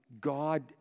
God